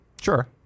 Sure